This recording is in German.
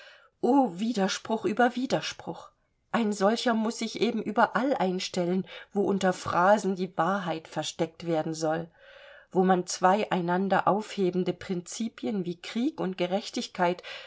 widerspruch über widerspruch ein solcher muß sich eben überall einstellen wo unter phrasen die wahrheit versteckt werden soll wo man zwei einander aufhebende prinzipien wie krieg und gerechtigkeit